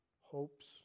hopes